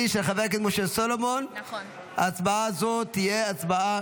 שלי, של חבר הכנסת משה סולומון.